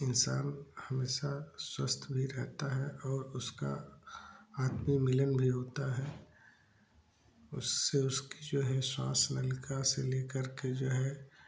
इंसान हमेशा स्वस्थ भी रहता है और उसका आत्म मिलन भी होता है उससे उसी जो है श्वास नलिका से लेकर के जो है